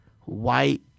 White